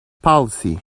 policy